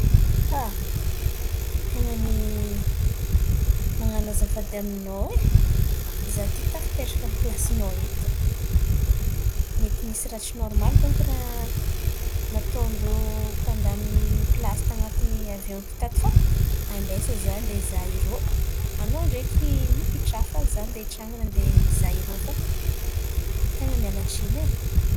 Ah, ten̈a ny man̈ano azafady aminao e, izaho ity tafipetraka amin'ny plasinao eto. Mety misy ràha tsy nôrmaly dônko nataon-drô mpandaminy plasy tanaty avion ity tato fa ambesa izaho hizàha irô. Anao ndraiky mipitràha fa izaho hitsangana andeha hizaha irô fa ten̈a miala-tsin̈y.